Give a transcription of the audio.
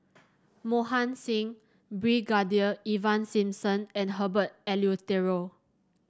Mohan Singh Brigadier Ivan Simson and Herbert Eleuterio